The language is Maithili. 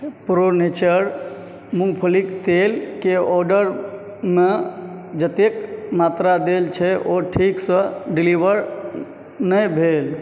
प्रो नेचर मूँगफलीक तेलके ऑर्डरमे जतेक मात्रा देल छै ओ ठीकसँ डिलीवर नहि भेल